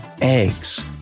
Eggs